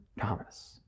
Thomas